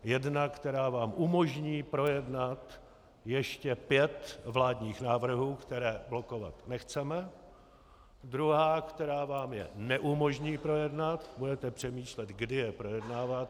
Jedna, která vám umožní projednat ještě pět vládních návrhů, které blokovat nechceme, druhá, která vám je neumožní projednat, budete přemýšlet, kdy je projednáte.